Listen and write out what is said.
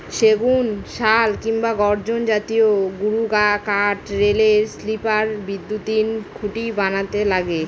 সেগুন, শাল কিংবা গর্জন জাতীয় গুরুকাঠ রেলের স্লিপার, বৈদ্যুতিন খুঁটি বানাতে লাগে